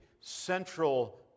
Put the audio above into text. central